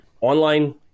online